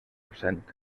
absent